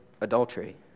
adultery